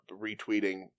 retweeting